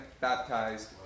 baptized